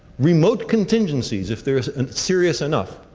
remote contingencies, if they are serious enough,